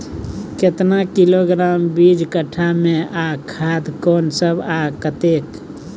केतना किलोग्राम बीज कट्ठा मे आ खाद कोन सब आ कतेक?